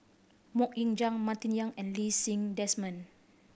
Mok Ying Jang Martin Yan and Lee Ti Seng Desmond